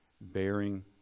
bearing